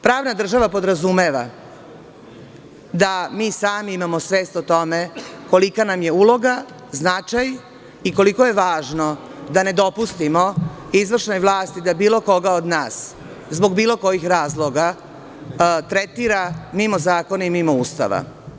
Pravna država podrazumeva da mi sami imamo svest o tome kolika nam je uloga, značaj i koliko je važno da ne dopustimo izvršnoj vlasti da bilo koga od nas zbog bilo kojih razloga tretira mimo zakona i mimo Ustava.